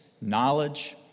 knowledge